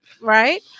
right